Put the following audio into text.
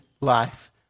Life